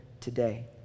today